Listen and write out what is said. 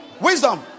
Wisdom